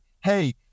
hey